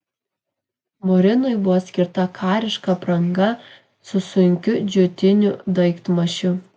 murinui buvo skirta kariška apranga su sunkiu džiutiniu daiktmaišiu